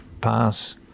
pass